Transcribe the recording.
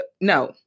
no